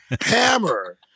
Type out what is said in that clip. Hammer